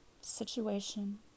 situation